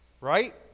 Right